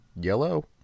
yellow